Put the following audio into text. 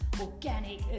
organic